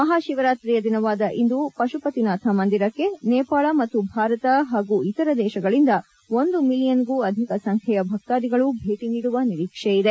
ಮಹಾಶಿವರಾತ್ರಿಯ ದಿನವಾದ ಇಂದು ಪಶುಪತಿನಾಥ ಮಂದಿರಕ್ಕೆ ನೇಪಾಳ ಮತ್ತು ಭಾರತ ಹಾಗೂ ಇತರ ದೇಶಗಳಿಂದ ಒಂದು ಮಿಲಿಯನ್ಗೂ ಅಧಿಕ ಸಂಖ್ಯೆಯ ಭಕ್ತಾಧಿಗಳು ಭೇಟಿ ನೀಡುವ ನಿರೀಕ್ಷೆಯಿದೆ